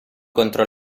contro